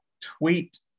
tweet